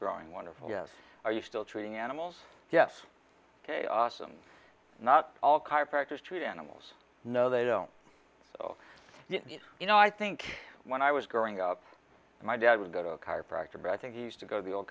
growing wonderful yes are you still treating animals yes chaos and not all chiropractors treat animals no they don't so you know i think when i was growing up my dad would go to a chiropractor brett and he used to go to the old